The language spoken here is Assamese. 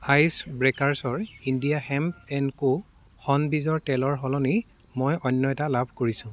আইচ ব্ৰেকাৰ্ছৰ ইণ্ডিয়া হেম্প এণ্ড কো শণ বীজৰ তেলৰ সলনি মই অন্য এটা লাভ কৰিছোঁ